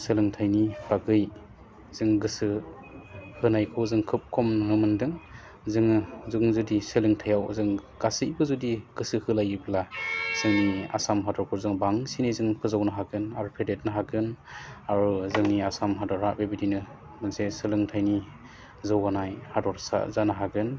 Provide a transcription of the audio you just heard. सोलोंथाइनि बागै जों गोसो होनायखौ जों खोब खम नुनो मोन्दों जोङो जों जुदि सोलोंथाइआव जों गासैबो जुदि गोसो होलायोब्ला जोंनि आसाम हादरखौ जों बांसिनै जों फोजौनो हागोन आरो फेदेदनो हागोन आरो जोंनि आसाम हादरा बेबायदिनो मोनसे सोलोंथाइनि जौगानाय हादरसा जानो हागोन